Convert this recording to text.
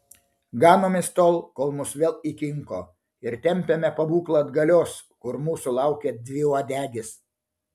ganomės tol kol mus vėl įkinko ir tempiame pabūklą atgalios kur mūsų laukia dviuodegis